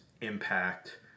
Impact